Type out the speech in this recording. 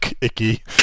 icky